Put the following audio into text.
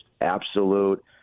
absolute